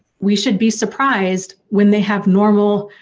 we should be surprised when they have normal,